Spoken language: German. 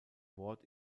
wort